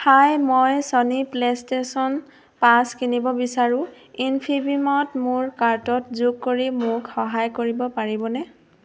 হাই মই Sony PlayStation পাঁচ কিনিব বিচাৰোঁ ইনফিবিমত মোৰ কাৰ্টত যোগ কৰি মোক সহায় কৰিব পাৰিবনে